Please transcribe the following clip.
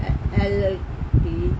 L E